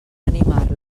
animar